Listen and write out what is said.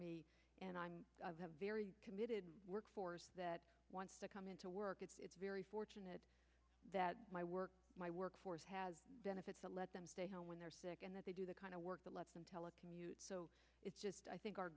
me and i'm very committed workforce that wants to come into work it's very fortunate that my work my workforce has benefits and let them stay home when they're sick and that they do the kind of work to let them telecommute so it's just i think our